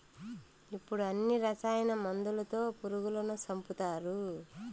ఇప్పుడు అన్ని రసాయన మందులతో పురుగులను సంపుతారు